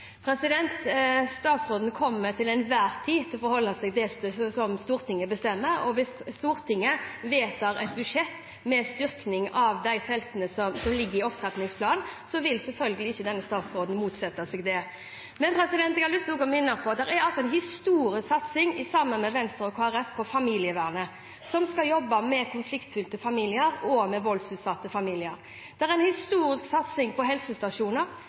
Statsråden kommer til enhver tid til å forholde seg til det som Stortinget bestemmer, og hvis Stortinget vedtar budsjett med en styrking av de feltene som ligger i opptrappingsplanen, vil selvfølgelig ikke denne statsråden motsette seg det. Men jeg har lyst til å minne om at vi har en historisk satsing sammen med Venstre og Kristelig Folkeparti på familievernet, som skal jobbe med konfliktfylte familier og voldsutsatte familier. Det er en historisk satsing på helsestasjoner,